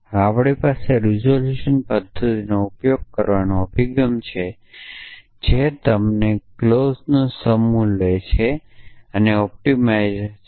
હવે આપણી પાસે રીઝોલ્યુશન પદ્ધતિનો ઉપયોગ કરવાનો અભિગમ છે જે તે છે કે તમે ક્લોઝનો સમૂહ લો જે ઑપ્ટિમાઇઝ છે